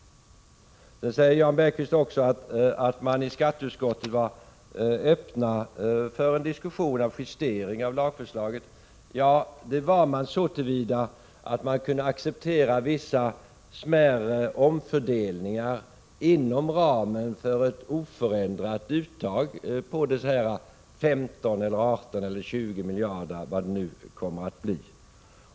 Den tillfällivd fö Jan Bergqvist säger vidare att ni i skatteutskottet var öppna för en YC S sh NE E diskussion om justering av lagförslaget. Det var ni så till vida att ni kunde ere 2 atien för. a i z É z - RE livförsäkringsbolag, acceptera vissa smärre omfördelningar inom ramen för ett oförändrat uttag m.m. på de 15, 18 eller 20 miljarderna — vilket belopp det nu kommer att bli.